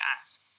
ask